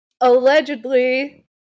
allegedly